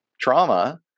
trauma